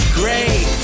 great